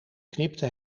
knipte